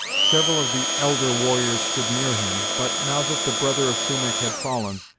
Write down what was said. several of the elder warriors stood near him, but, now that the brother of sumach had fallen,